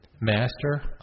Master